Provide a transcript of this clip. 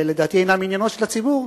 שלדעתי אינם עניינו של הציבור,